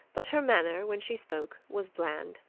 but her manner, when she spoke, was bland.